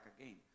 again